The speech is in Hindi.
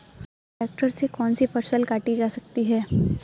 ट्रैक्टर से कौन सी फसल काटी जा सकती हैं?